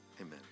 Amen